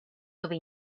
dove